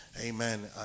amen